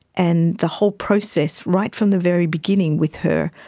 and the whole process, right from the very beginning with her,